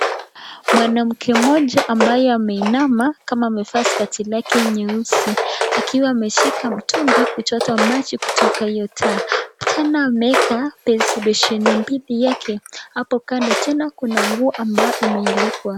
Mwanamke mmoja ambaye ameinama kama amevaa skati lake nyeusi akiwa ameshika mtungi kuchota maji kutoka hio tap , tena ameeka besheni mbili yake hapo kando tena kuna nguo ambayo imeanikwa.